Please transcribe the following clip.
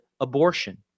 abortion